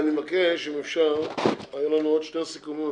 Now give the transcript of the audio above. היו לנו עוד שני סיכומים,